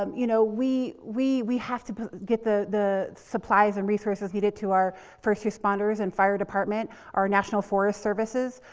um you know, we, we, we have to get the the supplies and resources needed to our first responders and fire department, our national forest services.